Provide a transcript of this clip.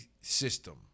system